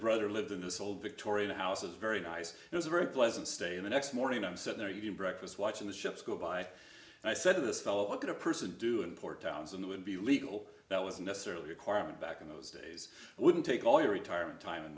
brother lived in this old victorian houses very nice it was a very pleasant stay in the next morning i'm sitting there you breakfast watching the ships go by and i said to this fellow look at a person doing port townsend would be legal that was necessarily requirement back in those days wouldn't take all your retirement time and